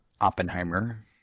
Oppenheimer